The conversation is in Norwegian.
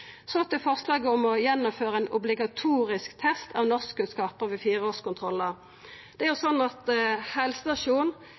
Så til forslaget om å gjennomføra ein obligatorisk test av norskkunnskapane ved